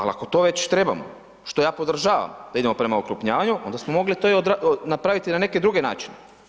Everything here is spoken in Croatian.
Ali ako to već trebamo, što ja podržavam da idemo prema okrupnjavanju onda smo mogli to napraviti na neke druge načine.